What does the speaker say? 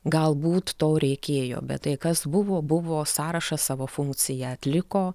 galbūt to reikėjo bet tai kas buvo buvo sąrašą savo funkciją atliko